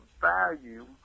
value